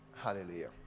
Hallelujah